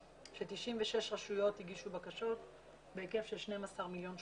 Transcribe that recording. ש-96 רשויות הגישו בקשות בהיקף של 12 מיליון שקלים.